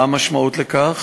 מה המשמעות של הדבר?